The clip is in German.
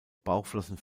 bauchflossen